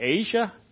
Asia